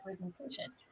representation